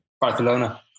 Barcelona